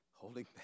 holding